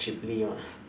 cheaply lah